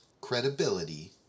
credibility